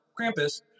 Krampus